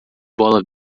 bola